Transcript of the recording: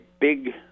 big